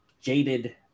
jaded